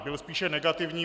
Byl spíše negativní.